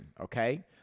Okay